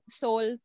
soul